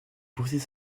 poursuit